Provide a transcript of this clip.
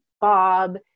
Bob